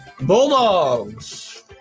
Bulldogs